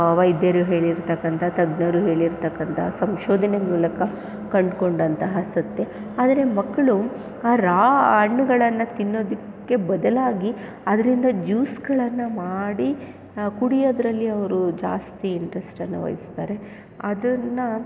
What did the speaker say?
ವೈದ್ಯರು ಹೇಳಿರ್ತಕ್ಕಂಥ ತಜ್ಞರು ಹೇಳಿರ್ತಕ್ಕಂಥ ಸಂಶೋಧನೆ ಮೂಲಕ ಕಂಡುಕೊಂಡಂತಹ ಸತ್ಯ ಆದರೆ ಮಕ್ಕಳು ಆ ರಾ ಹಣ್ಣುಗಳನ್ನ ತಿನ್ನೋದಕ್ಕೆ ಬದಲಾಗಿ ಅದರಿಂದ ಜ್ಯೂಸ್ಗಳನ್ನು ಮಾಡಿ ಕುಡಿಯೋದರಲ್ಲಿ ಅವರು ಜಾಸ್ತಿ ಇಂಟ್ರೆಸ್ಟನ್ನ ವಹಿಸ್ತಾರೆ ಅದನ್ನ